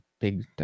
big